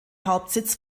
hauptsitz